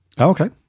Okay